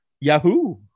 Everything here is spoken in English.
Yahoo